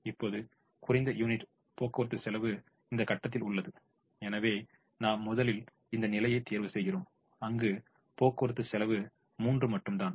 இப்போது குறைந்த யூனிட் போக்குவரத்து செலவு இந்த கட்டத்தில் உள்ளது எனவே நாம் முதலில் இந்த நிலையை தேர்வு செய்கிறோம் அங்கு போக்குவரத்து செலவு 3 மட்டும் தான்